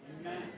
Amen